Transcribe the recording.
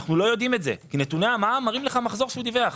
אנחנו לא יודעים את זה כי נתוני המע"מ מראים מחזור שהוא דיווח,